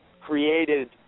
created